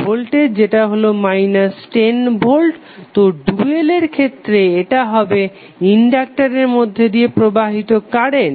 voltage যেটা হলো 10 volt তো ডুয়ালের ক্ষেত্রে এটা হবে ইনডাক্টারের মধ্যে দিয়ে প্রবাহিত কারেন্ট